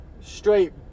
Straight